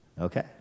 Okay